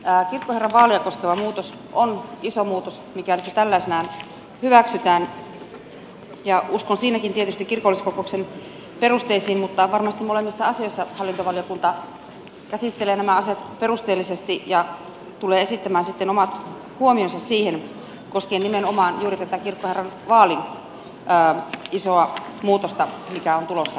kirkkoherranvaalia koskeva muutos on iso muutos mikäli se tällaisenaan hyväksytään ja uskon siinäkin tietysti kirkolliskokouksen perusteisiin mutta varmasti molemmissa asioissa hallintovaliokunta käsittelee nämä asiat perusteellisesti ja tulee esittämään sitten omat huomionsa siihen koskien nimenomaan juuri tätä kirkkoherranvaalin isoa muutosta mikä on tulossa